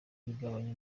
bigabanya